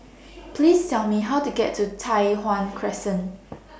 Please Tell Me How to get to Tai Hwan Crescent